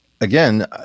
again